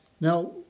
Now